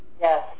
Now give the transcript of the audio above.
Yes